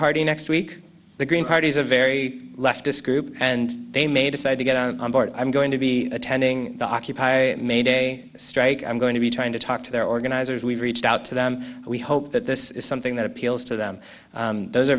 party next week the green party is a very leftist group and they may decide to get on board i'm going to be attending the occupy may day strike i'm going to be trying to talk to their organizers we've reached out to them we hope that this is something that appeals to them those are